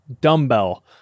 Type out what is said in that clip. dumbbell